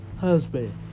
husband